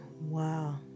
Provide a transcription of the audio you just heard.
Wow